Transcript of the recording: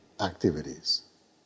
activities